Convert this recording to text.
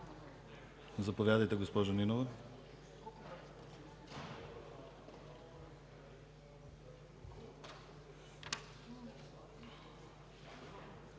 Заповядайте, госпожо Нинова.